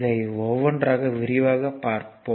அதை ஒவ்வொன்றாக விரிவாக பார்த்தோம்